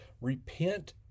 repent